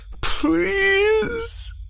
Please